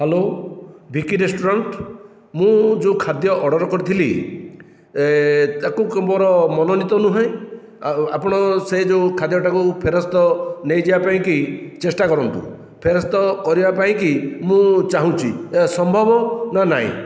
hello Vicky restaurant ମୁଁ ଯେଉଁ ଖାଦ୍ୟ ଅର୍ଡ଼ର କରିଥିଲି ତାକୁ ତ ମୋର ମନୋନୀତ ନୁହେଁ ଆଉ ଆପଣ ସେ ଯେଉଁ ଖାଦ୍ୟଟାକୁ ଫେରସ୍ତ ନେଇଯିବା ପାଇଁକି ଚେଷ୍ଟା କରନ୍ତୁ ଫେରସ୍ତ କରିବା ପାଇଁକି ମୁଁ ଚାହୁଁଛି ଏହା ସମ୍ଭବ ନା ନାହିଁ